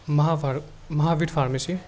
महाभार Mahavir pharmacy